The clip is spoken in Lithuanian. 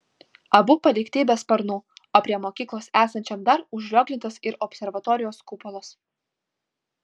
abu palikti be sparnų o prie mokyklos esančiam dar užrioglintas ir observatorijos kupolas